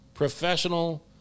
Professional